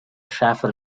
shafer